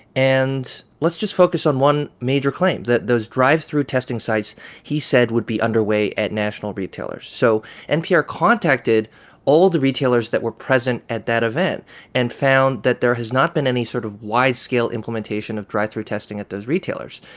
and let's just focus on one major claim those drive-through testing sites he said would be underway at national retailers. so npr contacted all the retailers that were present at that event and found that there has not been any sort of widescale implementation of drive-through testing at those retailers.